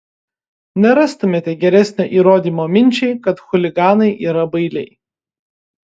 nerastumėte geresnio įrodymo minčiai kad chuliganai yra bailiai